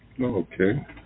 Okay